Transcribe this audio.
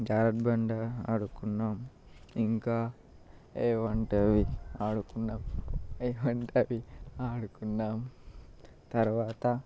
జారుడుబండ ఆడుకున్నాము ఇంకా ఏవి అంటే అవి ఆడుకున్నాము ఏవంటే అవి ఆడుకున్నాము తరువాత